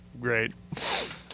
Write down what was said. great